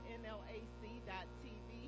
nlac.tv